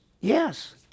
Yes